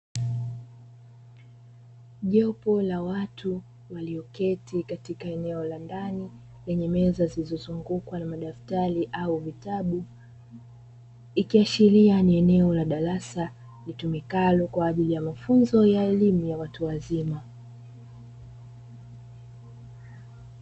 Jopo la watu walioketi katika eneo la ndani lenye meza zilizozungukwa na madaftari au vitabu, ikiashiria ni eneo la darasa litumikalo kwa ajili ya mafunzo ya elimu ya watu wazima.